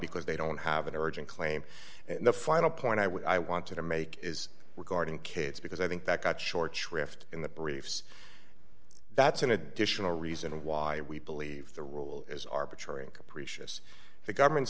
because they don't have an urgent claim and the final point i want to make is were guarding kids because i think that got short shrift in the briefs that's an additional reason why we believe the rule is arbitrary and capricious the government